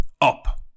up